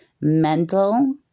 mental